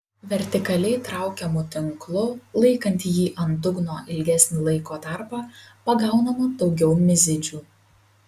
vertikaliai traukiamu tinklu laikant jį ant dugno ilgesnį laiko tarpą pagaunama daugiau mizidžių